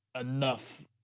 enough